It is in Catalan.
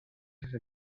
sense